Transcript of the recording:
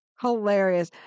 Hilarious